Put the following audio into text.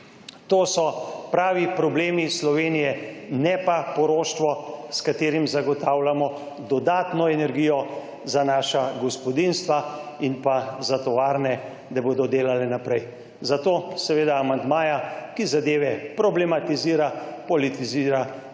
To so pravi problemi Slovenije, ne pa poroštvo, s katerim zagotavljamo dodatno energijo za naša gospodinjstva in za tovarne, da bodo delale naprej. Zato amandmaja, ki zadeve problematizira, politizira,